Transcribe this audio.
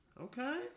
Okay